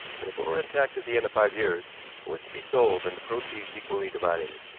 but if it were intact at the end of five years, it was to be sold, and the proceeds equally divided.